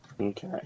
Okay